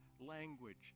language